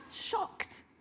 shocked